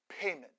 payment